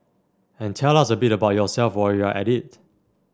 and tell us a bit about yourself while you're at it